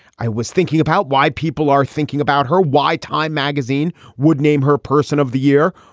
i was thinking about why people are thinking about her, why time magazine would name her person of the year,